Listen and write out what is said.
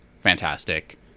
fantastic